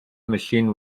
machine